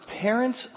parents